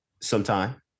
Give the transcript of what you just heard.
sometime